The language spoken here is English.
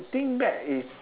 think back is